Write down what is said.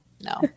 no